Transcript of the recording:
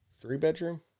three-bedroom